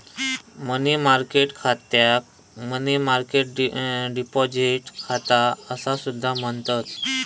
मनी market खात्याक money market deposit खाता असा सुद्धा म्हणतत